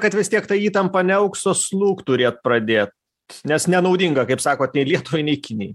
kad vis tiek ta įtampa neaugs o slūgt turėt pradėt nes nenaudinga kaip sakot nei lietuvai nei kinijai